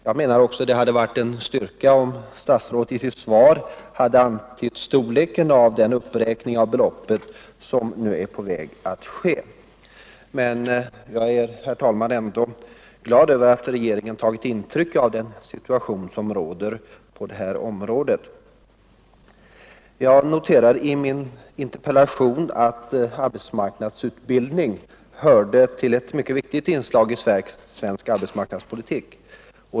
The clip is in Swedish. Jag menar också att det hade varit en styrka om statsrådet i sitt svar hade antytt storleken av den uppräkning av beloppet som nu är på väg att ske. Men jag är, herr talman, glad över att regeringen tagit intryck av den situation som råder på det här området. Jag noterade i min interpellation att arbetsmarknadsutbildning hörde till ett mycket viktigt inslag i svensk arbetsmarknadspolitik.